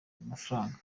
mafaranga